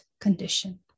condition